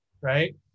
right